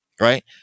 right